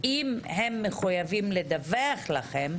אם הם מחויבים לדווח לכם,